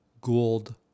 Gould